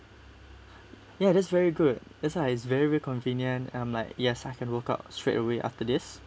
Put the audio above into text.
ya that's very good that's why it's very convenient I'm like yes I can work out straight away after this